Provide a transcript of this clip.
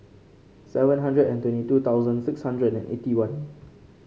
seven hundred and twenty two thousand six hundred eighty one